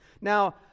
Now